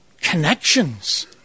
connections